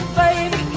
baby